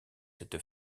cette